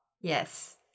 Yes